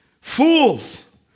Fools